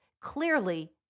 Clearly